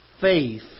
faith